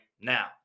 now